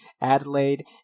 Adelaide